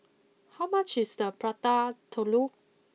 how much is the Prata Telur